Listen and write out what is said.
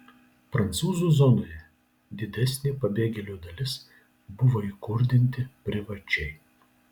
prancūzų zonoje didesnė pabėgėlių dalis buvo įkurdinti privačiai